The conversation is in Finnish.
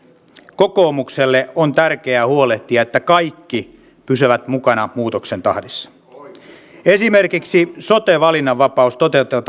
kokoomukselle on tärkeää huolehtia että kaikki pysyvät mukana muutoksen tahdissa esimerkiksi sote valinnanvapaus toteutetaan